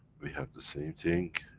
we have the same thing,